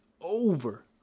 over